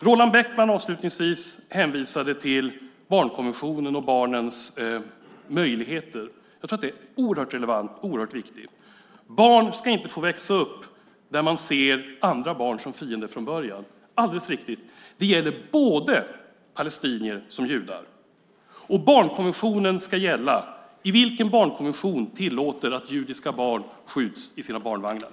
Roland Bäckman hänvisade till barnkonventionen och barnens möjligheter. Jag tror att det är oerhört relevant och oerhört viktigt. Barn ska inte få växa upp där de redan från början ser andra barn som fiender. Det gäller såväl palestinier som judar. Barnkonventionen ska gälla. Vilken barnkonvention tillåter att judiska barn skjuts i sina barnvagnar?